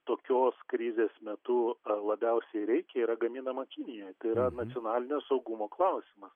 tokios krizės metu labiausiai reikia yra gaminama kinijoj tai yra nacionalinio saugumo klausimas